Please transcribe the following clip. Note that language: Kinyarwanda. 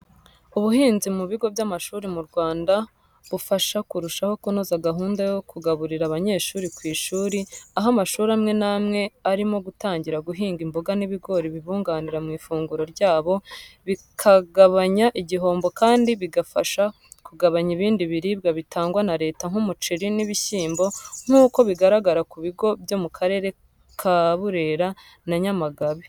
Ubuhinzi mu bigo by'amashuri mu Rwanda bufasha kurushaho kunoza gahunda yo kugaburira abanyeshuri ku ishuri, aho amashuri amwe n'amwe arimo gutangira guhinga imboga n'ibigori bibunganira mu ifunguro ryabo, bikagabanya igihombo kandi bigafasha kugabanya ibindi biribwa bitangwa na Leta nk'umuceri n'ibishyimbo, nk'uko bigaragara ku bigo byo mu Karere ka Burera na Nyamagabe.